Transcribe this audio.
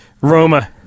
Roma